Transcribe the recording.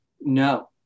No